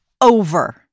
over